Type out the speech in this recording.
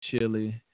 chili